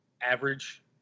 average